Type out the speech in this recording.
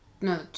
No